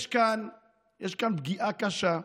יש כאן פגיעה קשה,